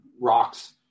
rocks